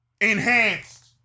enhanced